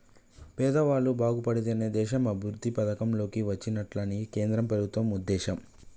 పేదవాళ్ళు బాగుపడితేనే దేశం అభివృద్ధి పథం లోకి వచ్చినట్లని కేంద్ర ప్రభుత్వం ఉద్దేశం